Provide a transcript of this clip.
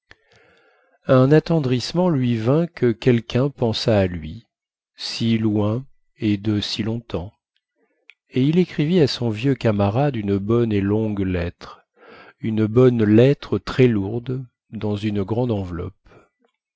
un attendrissement lui vint que quelquun pensât à lui si loin et de si longtemps et il écrivit à son vieux camarade une bonne et longue lettre une bonne lettre très lourde dans une grande enveloppe